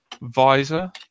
visor